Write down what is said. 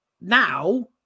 now